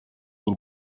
bw’u